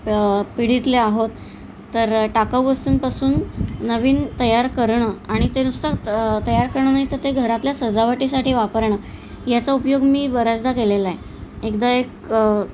पिढीतले आहोत तर टाकाऊ वस्तूंपासून नवीन तयार करणं आणि ते नुसतं त तयार करणं नाही तर ते घरातल्या सजावटीसाठी वापरणं याचा उपयोग मी बऱ्याचदा केलेला आहे एकदा एक